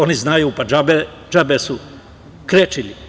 Oni znaju, džabe su krečili.